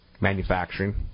manufacturing